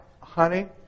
honey